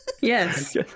Yes